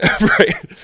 Right